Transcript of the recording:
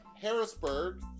Harrisburg